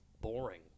boring